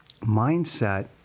mindset